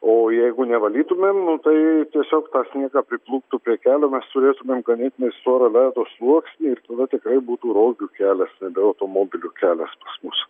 o jeigu nevalytumėm nu tai tiesiog tą sniegą priplūktų prie kelio mes turėtumėm ganėtinai storą ledo sluoksnį ir tada tikrai būtų rogių kelias nebe automobilių kelias pas mus